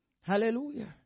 Hallelujah